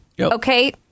Okay